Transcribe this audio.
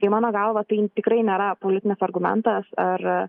tai mano galva tai tikrai nėra politinis argumentas ar